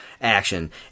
action